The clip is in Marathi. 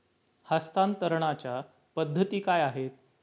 हस्तांतरणाच्या पद्धती काय आहेत?